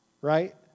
right